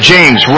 James